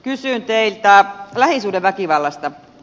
kysyn teiltä lähisuhdeväkivallasta